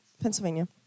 Pennsylvania